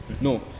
No